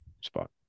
spot